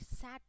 sat